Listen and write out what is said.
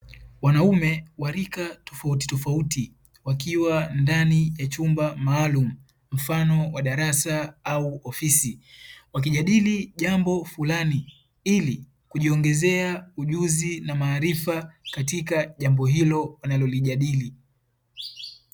Wanaume wa rika tofauti tofauti wakiwa ndani ya chumba maalumu mfano wa darasa au ofisi, wakijadili jambo fulani ili kujiongezea ujuzi na maarifa katika jambo hilo wanalolijadili.